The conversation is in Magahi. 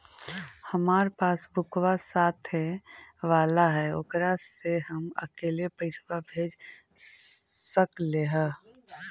हमार पासबुकवा साथे वाला है ओकरा से हम अकेले पैसावा भेज सकलेहा?